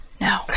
no